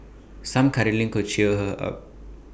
some cuddling could cheer her up